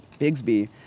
Bigsby